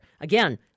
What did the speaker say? Again